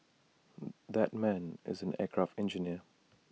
that man is an aircraft engineer